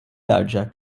larĝa